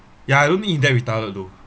yeah I don't think he's that retarded though